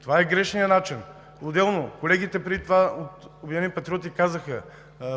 това е грешният начин! Отделно, колегите преди това от „Обединени патриоти“ казаха: